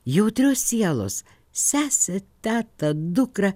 jautrios sielos sesę tetą dukrą